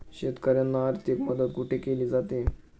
शेतकऱ्यांना आर्थिक मदत कुठे केली जाते?